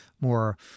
more